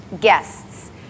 guests